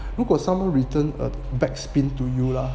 如果 someone return a back spin to you lah